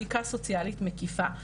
בדיקה סוציאלי מקיפה,